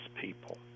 people